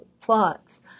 plots